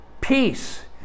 Peace